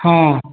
ହଁ